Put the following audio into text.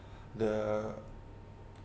the